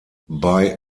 bei